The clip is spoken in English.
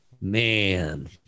Man